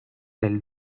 del